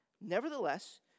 Nevertheless